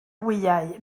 wyau